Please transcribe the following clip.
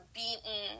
beaten